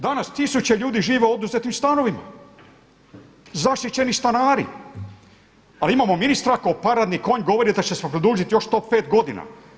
Danas tisuće ljudi žive u oduzetim stanovima, zaštićeni stanari, a imamo ministra kao paradni konj govori da će se to produžiti još to pet godina.